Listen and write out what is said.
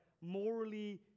morally